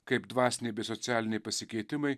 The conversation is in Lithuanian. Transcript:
kaip dvasiniai bei socialiniai pasikeitimai